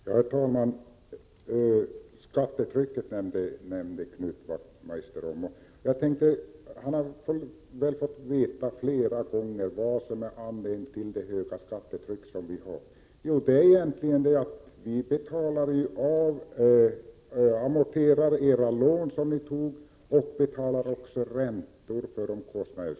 Herr talman! Knut Wachtmeister nämnde skattetrycket. Men han har väl flera gånger fått veta vad som är anledningen till vårt höga skattetryck. Anledningen är alltså att vi amorterar de lån som ni har tagit. Dessutom betalar vi räntor i det sammanhanget.